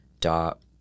dot